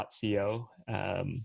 .co